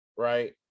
right